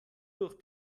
durch